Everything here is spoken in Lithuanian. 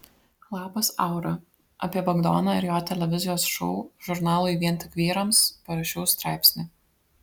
labas aura apie bagdoną ir jo televizijos šou žurnalui vien tik vyrams parašiau straipsnį